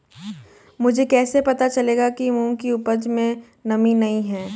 मुझे कैसे पता चलेगा कि मूंग की उपज में नमी नहीं है?